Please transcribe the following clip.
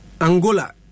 Angola